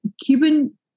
Cuban